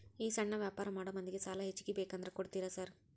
ಈ ಸಣ್ಣ ವ್ಯಾಪಾರ ಮಾಡೋ ಮಂದಿಗೆ ಸಾಲ ಹೆಚ್ಚಿಗಿ ಬೇಕಂದ್ರ ಕೊಡ್ತೇರಾ ಸಾರ್?